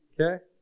Okay